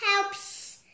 Helps